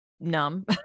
numb